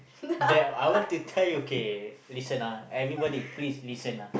there I want to try okay listen ah everybody please listen ah